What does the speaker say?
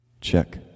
Check